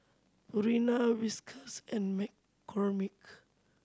Purina Whiskas and McCormick